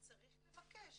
צריך לבקש.